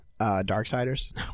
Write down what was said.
Darksiders